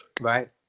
right